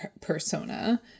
persona